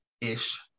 ish